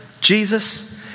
Jesus